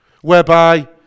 whereby